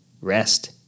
rest